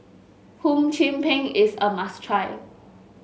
Hum Chim Peng is a must try